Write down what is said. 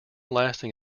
lasting